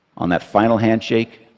on that final handshake,